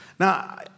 Now